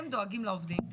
הם דואגים לעובדים.